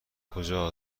کجا